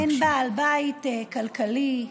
אין בעל בית כלכלי.